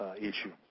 issue